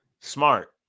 smart